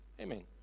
Amen